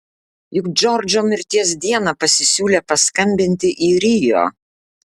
juk džordžo mirties dieną pasisiūlė paskambinti į rio